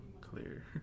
clear